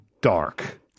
dark